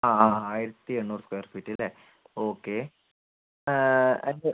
ആ ആ ആയിരത്തി എണ്ണൂറ് സ്ക്വയർ ഫീറ്റ് ഇല്ലെ ഓക്കെ അത്